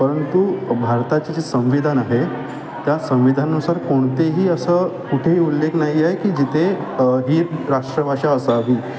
परंतु भारताचे जे संविधान आहे त्या संविधानानुसार कोणतेही असं कुठेही उल्लेख नाही आहे की जिथे ही राष्ट्रभाषा असावी